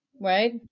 right